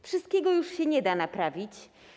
Wszystkiego już się nie da naprawić.